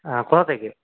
কোথা থেকে